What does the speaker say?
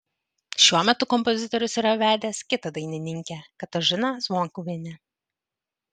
šiuo metu kompozitorius yra vedęs kitą dainininkę katažiną zvonkuvienę